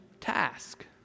task